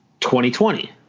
2020